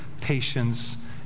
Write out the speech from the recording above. patience